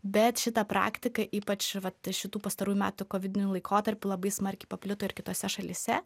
bet šita praktika ypač vat šitų pastarųjų metų kovidiniu laikotarpiu labai smarkiai paplito ir kitose šalyse